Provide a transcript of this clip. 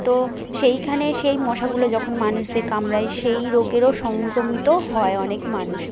তো সেইখানে সেই মশাগুলো যখন মানুষদের কামড়ায় সেই রোগেরও সংক্রমিত হয় অনেক মানুষ